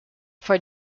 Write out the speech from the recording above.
for